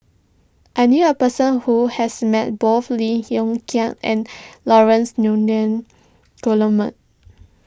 I knew a person who has met both Lim Hng Kiang and Laurence Nunns Guillemard